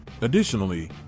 Additionally